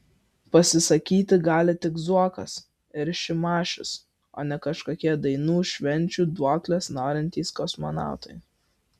pasisakyti gali tik zuokas ir šimašius o ne kažkokie dainų švenčių duoklės norintys kosmonautai